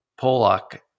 Pollock